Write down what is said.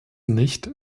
nicht